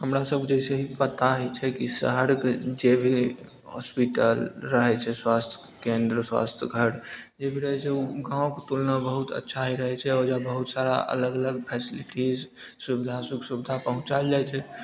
हमरा सबके जैसे ई पता ही छै कि शहरके जे भी होस्पिटल रहैत छै स्वास्थय केंद्र स्वास्थय घर जे भी रहैत छै ओ गाँवके तुलना बहुत अच्छा ही रहैत छै ओजए बहुत सारा अलग अलग फैसलिटीज सुबिधा सुख सुबिधा पहुँचाएल जाइत छै